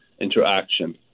interaction